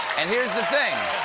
and here's the thing